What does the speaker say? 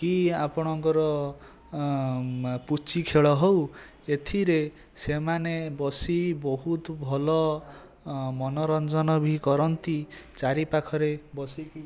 କି ଆପଣଙ୍କର ପୁଚି ଖେଳ ହେଉ ଏଥିରେ ସେମାନେ ବସି ବହୁତ ଭଲ ମନୋରଞ୍ଜନ ବି କରନ୍ତି ଚାରି ପାଖରେ ବସିକି